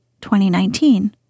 2019